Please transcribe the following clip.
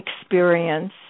experience